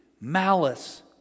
malice